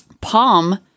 Palm